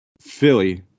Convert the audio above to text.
Philly